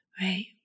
Right